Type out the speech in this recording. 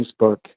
Facebook